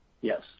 Yes